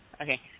Okay